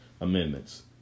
amendments